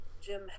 Jim